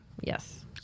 Yes